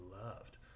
loved